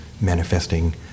manifesting